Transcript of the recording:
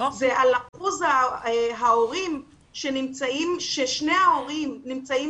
זה על אחוז המשפחות שבהן שני ההורים נמצאים